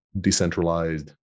decentralized